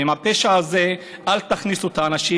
ועם הפשע הזה אל תכניסו את האנשים,